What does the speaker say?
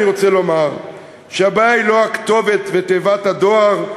אני רוצה לומר שהבעיה היא לא הכתובת ותיבת הדואר,